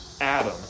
Adam